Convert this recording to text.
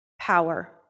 power